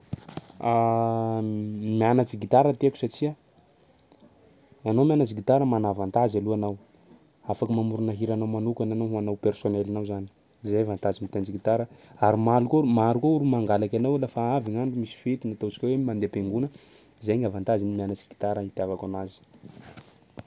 Mianatry gitara tiako satsia anao mianatry gitara mana avantage aloha anao, afaky mamorona hiranao manokana anao ho anao personnel-nao zany, zay avantage mitendry gitara ary malo koa r- maro koa olo mangalaky anao lafa avy gny andro misy fety na ataontsika hoe mandeha am-piangona, zay ny avantagen'ny mianatry gitara itiavako anazy.